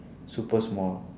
super small